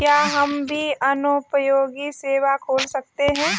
क्या हम भी जनोपयोगी सेवा खोल सकते हैं?